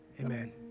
Amen